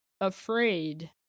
Afraid